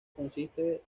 consiste